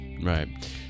Right